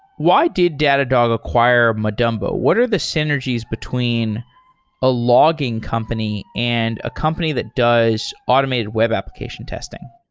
why did datadog acquire madumbo. what are the synergies between a logging company and a company that does automated web application testing?